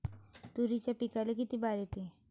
तुरीच्या पिकाले किती बार येते?